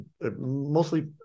mostly